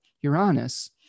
Uranus